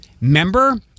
member